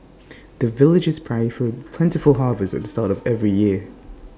the villagers pray for plentiful harvest at the start of every year